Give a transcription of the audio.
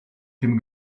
dem